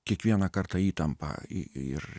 kiekvieną kartą įtampa ir